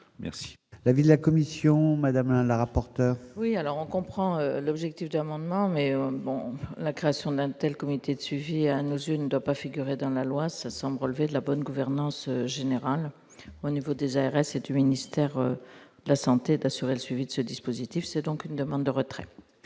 merci. L'avis de la commission Madame la rapporteure. Oui, alors on comprend l'objectif d'amendement, mais bon, la création d'même telle comité de suivi nous une doit pas figurer dans la loi ce somme relevait de la bonne gouvernance générale au niveau des du ministère de la Santé, pas le suivi de ce dispositif, c'est donc une demande de retrait.